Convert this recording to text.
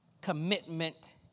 commitment